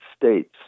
States